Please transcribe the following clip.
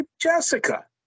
jessica